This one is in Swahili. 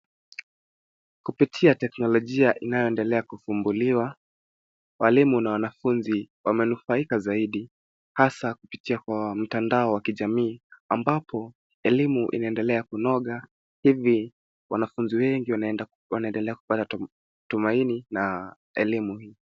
Kupitia teknolojia inayoendelea kufumbuliwa, walimu na wanafunzi wamenufaika zaidi hasa kupitia kwa mtandao wa kijamii ambapo elimu inaendelea kunoga; hivi wanafunzi wengi wanaendelea kupata tumaini na elimu hii.